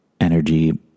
energy